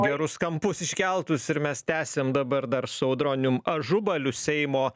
gerus kampus iškeltus ir mes tęsiam dabar dar su audronium ažubaliu seimo